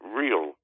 real